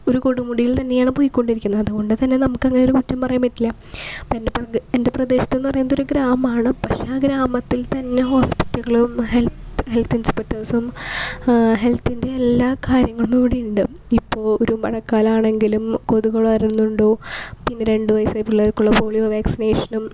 ഒരു കൊടുമുടിയിൽ തന്നെയാണ് പോയിക്കൊണ്ടിട്ടിരിക്കുന്നത് അതുകൊണ്ട് തന്നെ നമുക്കങ്ങനെ ഒരു മാറ്റം പറയാൻ പറ്റില്ല അപ്പം എൻ്റെ പ്രദേശം എൻ്റെ പ്രദേശത്ത് എന്നു പറയുന്നത് ഒരു ഗ്രാമമാണ് പക്ഷേ ആ ഗ്രാമത്തിൽ തന്നെ ഹോസ്പിറ്റലുകൾ ഹെൽത്ത് ഹെൽത്ത് ഇൻസ്പെക്ടേഴ്സും ഹെൽത്തിൻ്റെ എല്ലാ കാര്യങ്ങളും ഇവിടെ ഉണ്ട് ഇപ്പോൾ ഒരു മഴക്കാലം ആണെങ്കിലും കൊതുക് വളരുന്നുണ്ടോ പിന്നെ രണ്ടു വയസായ പിള്ളേർക്കുള്ള പോളിയോ വാസിനേഷനും